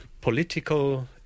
political